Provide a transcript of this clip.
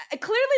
clearly